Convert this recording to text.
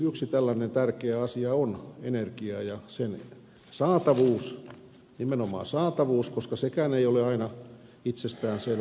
yksi tällainen tärkeä asia on energia ja sen saatavuus nimenomaan saatavuus koska sekään ei ole aina itsestään selvää ja myös sitten hinta